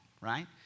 right